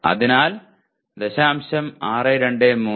അതിനാൽ 0